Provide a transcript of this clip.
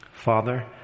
father